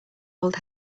old